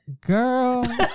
Girl